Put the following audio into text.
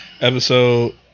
episode